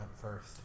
first